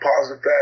positive